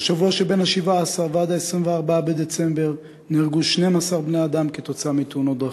בשבוע שבין ה-17 וה-24 בדצמבר נהרגו 12 בני-אדם כתוצאה מתאונות דרכים.